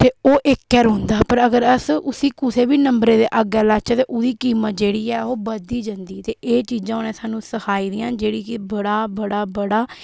ते ओह् इक्क ऐ रौंह्दा ते पर अगर अस उसी कुसै बी नम्बरै दे अग्गै लाचै ते ओह्दी कीमत जेह्ड़ी ऐ ओह् बदधी जंदी ते एह् चीजां उ'नें सानू सखाई दियां न जेह्ड़ी कि बड़ा बड़ा बड़ा